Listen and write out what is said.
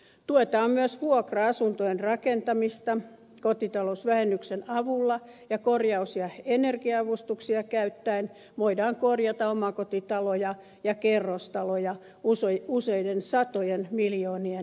tuetaan myös vuokra asuntojen rakentamista kotitalousvähennyksen avulla ja korjaus ja energia avustuksia käyttäen voidaan korjata omakotitaloja ja kerrostaloja useiden satojen miljoonien edestä